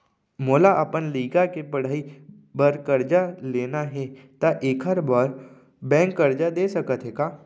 मोला अपन लइका के पढ़ई बर करजा लेना हे, त एखर बार बैंक करजा दे सकत हे का?